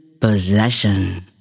Possession